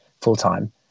full-time